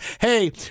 hey